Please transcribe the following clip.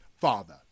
Father